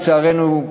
לצערנו,